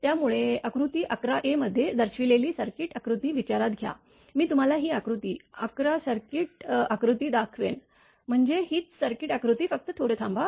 त्यामुळे आकृती ११ a मध्ये दर्शविलेली सर्किट आकृती विचारात घ्या मी तुम्हाला ही आकृती ११ सर्किट आकृती दाखवेन म्हणजे हीच सर्किट आकृती फक्त थोड थांबा